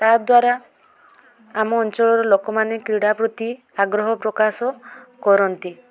ତାଦ୍ୱାରା ଆମ ଅଞ୍ଚଳର ଲୋକମାନେ କ୍ରୀଡ଼ା ପ୍ରତି ଆଗ୍ରହ ପ୍ରକାଶ କରନ୍ତି